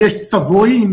יש צבועים,